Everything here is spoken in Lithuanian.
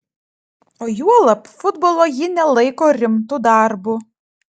o juolab futbolo ji nelaiko rimtu darbu